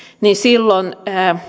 niin silloin